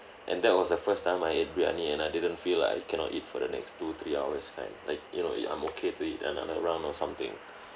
and that was the first time I ate biryani and I didn't feel like I cannot eat for the next two three hours kind like you know you I'm okay to eat another round of something